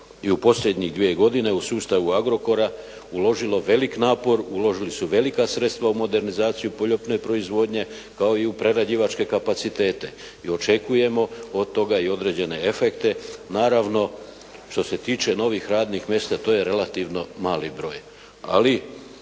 i u posljednjih dvije godine u sustavu Agrokora uložilo veliki napor, uložili su velika sredstva u modernizaciju poljoprivredne proizvodnje kao i u prerađivačke kapacitete i očekujemo od toga i određene efekte, naravno što se tiče novih radnih mjesta to je relativno mali broj.